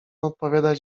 odpowiadać